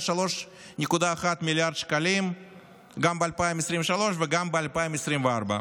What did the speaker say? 3.1 מיליארד שקלים גם ב-2023 וגם ב-2024.